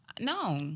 No